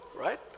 right